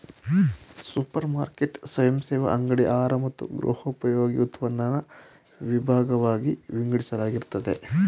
super market ಸ್ವಯಂಸೇವಾ ಅಂಗಡಿ ಆಹಾರ ಮತ್ತು ಗೃಹೋಪಯೋಗಿ ಉತ್ಪನ್ನನ ವಿಭಾಗ್ವಾಗಿ ವಿಂಗಡಿಸಲಾಗಿರ್ತದೆ